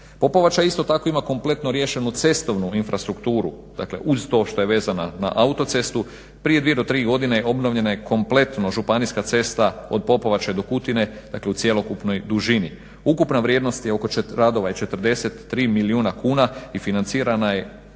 Popovača je isto tako ima kompletno riješenu cestovnu infrastrukturu, dakle uz to što je vezana na autocestu, prije 2 do 3 godine obnovljena je kompletno županijska cesta od Popovače do Kutine, dakle u cjelokupnoj dužini. Ukupna vrijednost radova je oko 43 milijuna kuna i financirana je